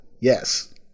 yes